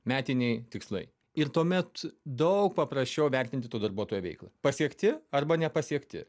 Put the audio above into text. metiniai tikslai ir tuomet daug paprasčiau vertinti tų darbuotojo veiklą pasiekti arba nepasiekti